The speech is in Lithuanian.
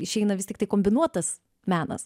išeina vis tiktai kombinuotas menas